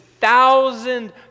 Thousand